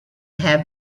have